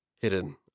Hidden